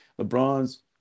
lebron's